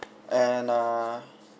and err